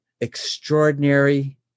extraordinary